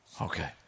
okay